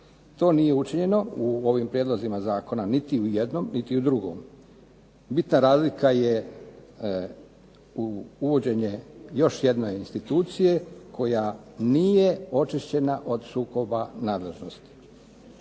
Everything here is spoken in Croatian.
To nije učinjeno u ovim prijedlozima zakona, niti u jednom niti u drugom. Bitna razlika je uvođenje još jedne institucije koja nije očišćena od sukoba nadležnosti.